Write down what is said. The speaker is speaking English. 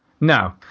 No